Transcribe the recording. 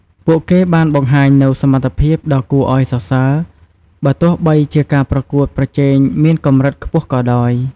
ពួកគេបានបង្ហាញនូវសមត្ថភាពដ៏គួរឱ្យសរសើរ បើទោះបីជាការប្រកួតប្រជែងមានកម្រិតខ្ពស់ក៏ដោយ។